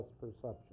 perception